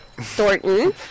Thornton